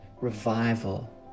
revival